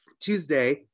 Tuesday